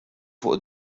fuq